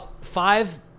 five